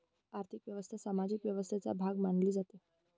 आर्थिक व्यवस्था सामाजिक व्यवस्थेचा भाग मानली जाते